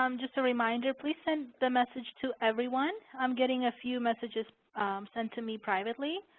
um just a reminder, please send the message to everyone. i'm getting a few messages sent to me privately.